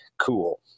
cool